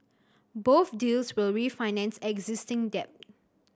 both deals will refinance existing debt